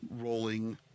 rolling